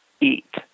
eat